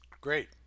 Great